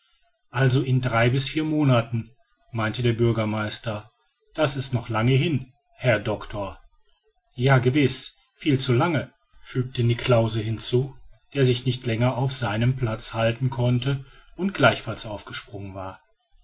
also in drei bis vier monaten meinte der bürgermeister das ist noch lange hin herr doctor ja gewiß viel zu lange fügte niklausse hinzu der sich nicht länger auf seinem platz halten konnte und gleichfalls aufgesprungen war